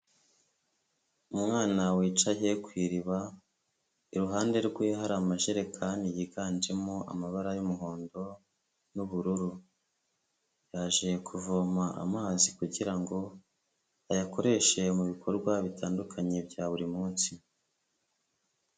Umwana wicaye ku iriba, iruhande rwe hari amajerekani yiganjemo amabara y'umuhondo n'ubururu, yaje kuvoma amazi kugira ngo ayakoreshe mu bikorwa bitandukanye bya buri munsi.